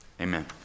Amen